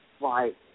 Right